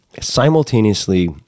simultaneously